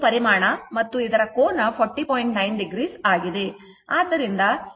ಇದು ಪರಿಮಾಣ ಮತ್ತು ಇದು ಕೋನ 40